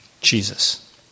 Jesus